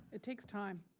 it takes time.